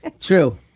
True